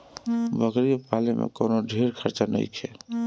बकरी के पाले में कवनो ढेर खर्चा नईखे